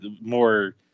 more